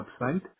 website